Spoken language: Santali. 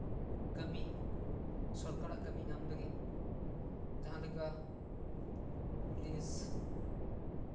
ᱠᱟᱹᱢᱤ ᱥᱚᱨᱠᱟᱨᱟᱜ ᱠᱟᱹᱢᱤ ᱧᱟᱢ ᱞᱟᱹᱜᱤᱫ ᱡᱟᱦᱟᱸ ᱞᱮᱠᱟ ᱯᱩᱞᱤᱥ